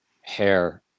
hair